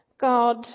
God